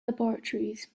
laboratories